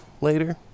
later